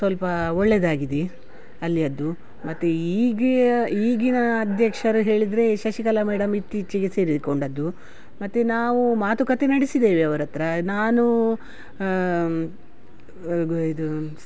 ಸ್ವಲ್ಪ ಒಳ್ಳೆದಾಗಿದೆ ಅಲ್ಲಿಯದ್ದು ಮತ್ತು ಈಗ ಈಗಿನ ಅಧ್ಯಕ್ಷರು ಹೇಳಿದರೆ ಶಶಿಕಲ ಮೇಡಮ್ ಇತ್ತೀಚೆಗೆ ಸೇರಿಕೊಂಡಿದ್ದು ಮತ್ತು ನಾವು ಮಾತುಕತೆ ನಡೆಸಿದ್ದೇವೆ ಅವರ ಹತ್ರ ನಾನು ಇದು